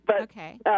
Okay